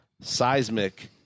seismic